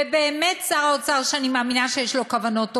ובאמת שר האוצר שאני מאמינה שיש לו כוונות טובות,